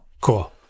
Cool